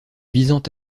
visant